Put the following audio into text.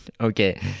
okay